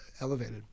elevated